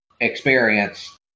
experience